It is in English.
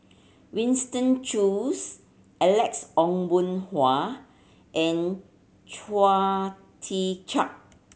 Winston Choos Alex Ong Boon Hau and Tee Chiak